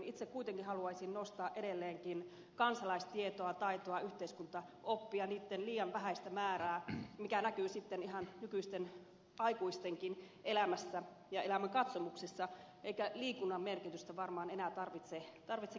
itse kuitenkin haluaisin nostaa edelleenkin kansalaistietoa taitoa yhteiskuntaoppia niitten liian vähäistä määrää mikä näkyy sitten ihan nykyisten aikuistenkin elämässä ja elämänkatsomuksessa eikä liikunnan merkitystä varmaan enää tarvitse kenenkään korostaa